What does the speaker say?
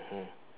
mmhmm